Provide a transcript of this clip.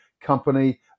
company